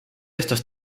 estos